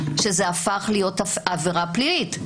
זה שזה הפך להיות עבירה פלילית,